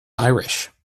irish